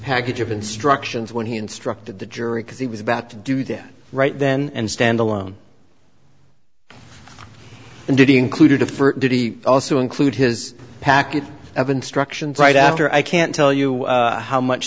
package of instructions when he instructed the jury because he was about to do them right then and stand alone and did he included of did he also include his packet of instructions right after i can't tell you how much